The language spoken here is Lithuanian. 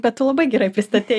bet tu labai gerai pristatei